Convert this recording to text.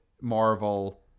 Marvel